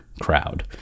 crowd